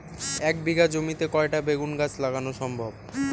এক বিঘা জমিতে কয়টা বেগুন গাছ লাগানো সম্ভব?